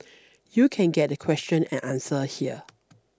you can get the question and answer here